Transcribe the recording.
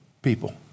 people